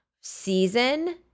season